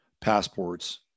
passports